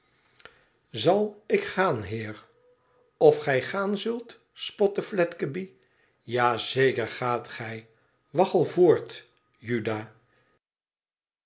izal ik gaan heer of gij gaan zult spotte fledgeby ja zeker gaat gij waggel voort juda